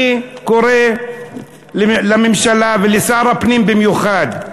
אני קורא לממשלה ולשר הפנים במיוחד,